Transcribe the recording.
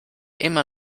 immer